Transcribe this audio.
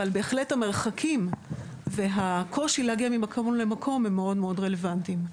אבל בהחלט המרחקים והקושי להגיע ממקום למקום הם מאוד-מאוד רלוונטיים.